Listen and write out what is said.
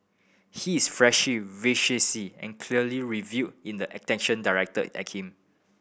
he is flashy vivacious and clearly revel in the attention directed at him